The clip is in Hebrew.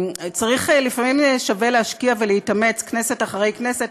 לפעמים שווה להשקיע ולהתאמץ כנסת אחרי כנסת,